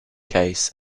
case